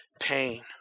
pain